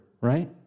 right